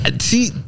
See